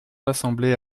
l’assemblée